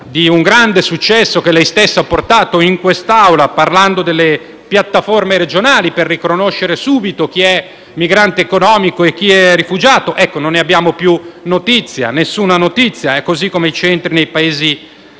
di un grande successo che lei stesso ha portato in quest'Aula parlando delle piattaforme regionali per riconoscere subito chi è migrante economico e chi è rifugiato di tutto ciò non ne troviamo più traccia. Nessuna notizia neanche sui centri nei Paesi membri